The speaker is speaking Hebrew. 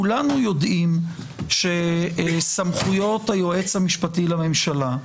כולנו יודעים שסמכויות היועץ המשפטי לממשלה,